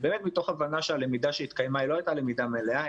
מתוך הבנה שהלמידה שהתקיימה היא לא הייתה למידה מלאה,